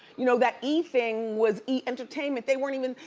you know, that e! thing was e! entertainment they weren't even,